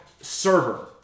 server